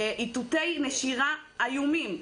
איתותי נשירה איומים.